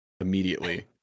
immediately